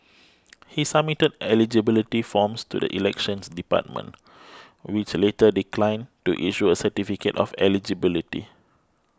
he submitted eligibility forms to the Elections Department which later declined to issue a certificate of eligibility